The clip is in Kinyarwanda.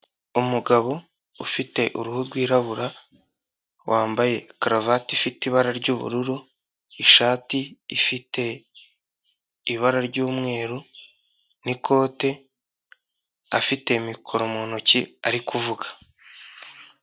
Umugabo ufite uruhu rwirabura, wambaye karavate ifite ibara ry'ubururu, ishati ifite ibara ry'umweru n'ikote; afite mikoro mu ntoki ari kuvuga.